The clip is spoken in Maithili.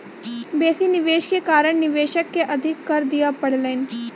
बेसी निवेश के कारण निवेशक के अधिक कर दिअ पड़लैन